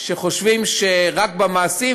שחושבים שזה רק במעשים,